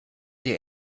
dir